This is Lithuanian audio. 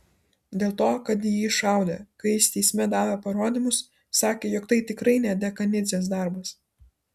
dėl to kad į jį šaudė kai jis teisme davė parodymus sakė jog tai tikrai ne dekanidzės darbas